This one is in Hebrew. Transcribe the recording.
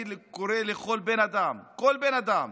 אני קורא לכל בן אדם, כל בן אדם